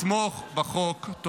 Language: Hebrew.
לתמוך בחוק.